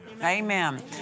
Amen